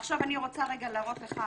עכשיו אני רוצה רגע להראות לך,